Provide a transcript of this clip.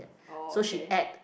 orh okay